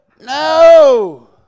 no